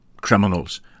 criminals